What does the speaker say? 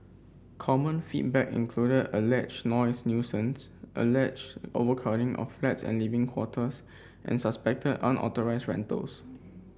common feedback included alleged noise nuisance alleged overcrowding of flats and living quarters and suspected unauthorised rentals